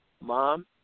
Mom